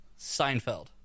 Seinfeld